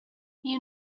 you